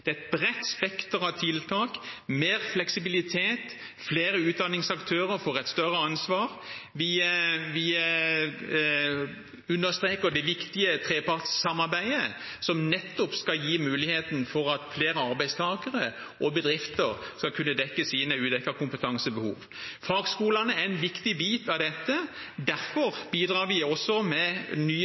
Det er et bredt spekter av tiltak, det er mer fleksibilitet, og flere utdanningsaktører får et større ansvar. Vi understreker det viktige trepartssamarbeidet, som skal gi muligheten for at flere arbeidstakere og bedrifter skal kunne dekke sine udekkede kompetansebehov. Fagskolene er en viktig bit av dette. Derfor bidrar vi med nye